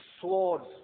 swords